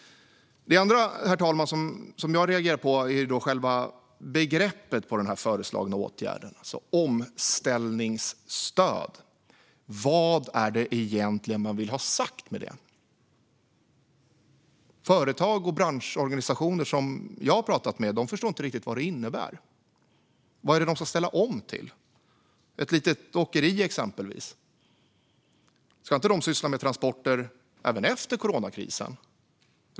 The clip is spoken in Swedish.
Det andra, herr talman, som jag reagerade på är själva begreppet som beskriver den föreslagna åtgärden: omställningsstöd. Vad vill man egentligen ha sagt med det? Företag och branschorganisationer som jag har pratat med förstår inte riktigt vad det innebär. Vad är det de ska ställa om till? Ska inte ett litet åkeri, exempelvis, syssla med transporter även efter coronakrisen?